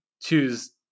choose